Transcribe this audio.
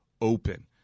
open